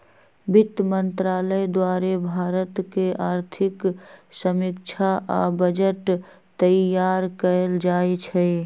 वित्त मंत्रालय द्वारे भारत के आर्थिक समीक्षा आ बजट तइयार कएल जाइ छइ